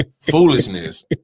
Foolishness